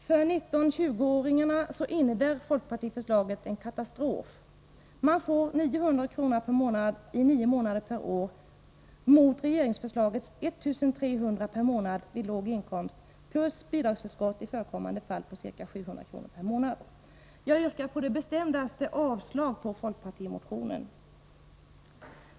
För 19-20-åringarna innebär folkpartiförslaget en katastrof. Man får 900 kr. i månaden i nio månader per år mot regeringsförslagets 1 300 kr. per månad vid låg inkomst, plus bidragsförskott i förekommande fall på ca 700 kr. per månad. Jag yrkar på det bestämdaste avslag på folkpartimotionen.